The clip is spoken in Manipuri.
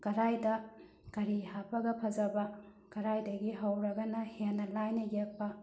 ꯀꯔꯥꯏꯗ ꯀꯔꯤ ꯍꯥꯞꯄꯒ ꯐꯖꯕ ꯀꯔꯥꯏꯗꯒꯤ ꯍꯧꯔꯒꯅ ꯍꯦꯟꯅ ꯂꯥꯏꯅ ꯌꯦꯛꯄ